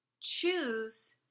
Choose